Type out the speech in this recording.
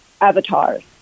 avatars